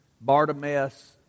Bartimaeus